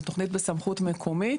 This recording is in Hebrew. זה תכנית בסמכות מקומית,